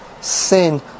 sin